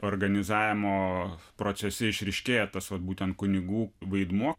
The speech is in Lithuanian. organizavimo procese išryškėja tas vat būtent kunigų vaidmuo